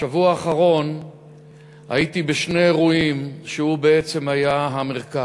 בשבוע האחרון הייתי בשני אירועים שהוא היה בהם המרכז.